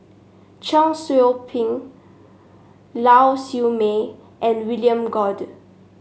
Cheong Soo Pieng Lau Siew Mei and William Goode